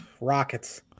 Rockets